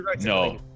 no